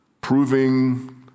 proving